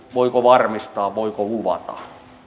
voiko varmistaa voiko luvata